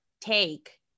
take